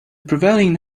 prevailing